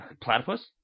Platypus